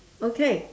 okay